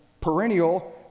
perennial